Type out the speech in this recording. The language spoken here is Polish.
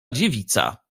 dziewica